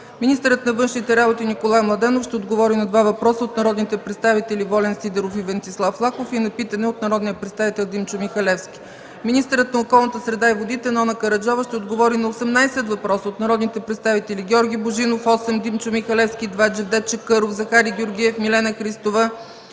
Министърът на външните работи Николай Младенов ще отговори на два въпроса от народните представители Волен Сидеров, и Венцислав Лаков и на питане от народния представител Димчо Михалевски. Министърът на околната среда и водите Нона Караджова ще отговори на 18 въпроса от народните представители Георги Божинов – осем въпроса, Димчо Михалевски – два въпроса, Джевдет Чакъров, Захари Георгиев, Милена Христова